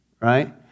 right